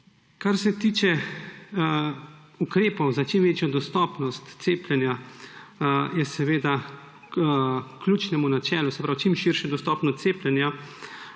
Kar se tiče ukrepov za čim večjo dostopnost cepljenja in seveda ključnemu načelu, se pravi čim širši dostopnosti cepljenja,